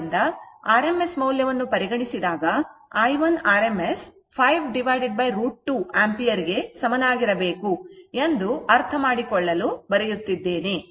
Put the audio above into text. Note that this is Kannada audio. ಆದ್ದರಿಂದ rms ಮೌಲ್ಯವನ್ನು ಪರಿಗಣಿಸಿದಾಗ i1 rms 5 √ 2 ಆಂಪಿಯರ್ಗೆ ಸಮನಾಗಿರಬೇಕು ಎಂದು ಅರ್ಥಮಾಡಿಕೊಳ್ಳಲು ಬರೆಯುತ್ತಿದ್ದೇನೆ